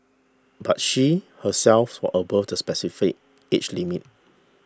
but she herself was above the specified age limit